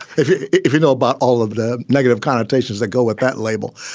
if you if you know about all of the negative connotations that go with that label,